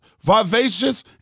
vivacious